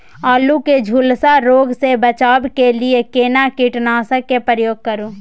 आलू के झुलसा रोग से बचाबै के लिए केना कीटनासक के प्रयोग करू